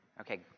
Okay